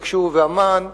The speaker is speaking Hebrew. תקשו"ב ואמ"ן,